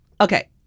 okay